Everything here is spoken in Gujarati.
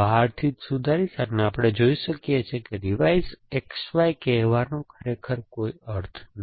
બહારથી જ સુધારીશ આપણે જોઈ શકીએ છીએ કે રિવાઇઝ XZ કહેવાનો ખરેખર કોઈ અર્થ નથી